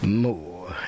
more